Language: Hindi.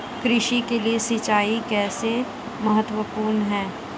कृषि के लिए सिंचाई कैसे महत्वपूर्ण है?